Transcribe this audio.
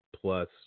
plus